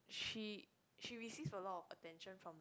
she she receives a lot of attention from the